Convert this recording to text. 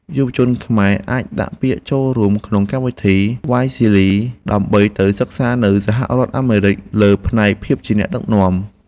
យុវជនខ្មែរអាចដាក់ពាក្យចូលរួមក្នុងកម្មវិធីវ៉ាយស៊ីលីដើម្បីទៅសិក្សានៅសហរដ្ឋអាមេរិកលើផ្នែកភាពជាអ្នកដឹកនាំ។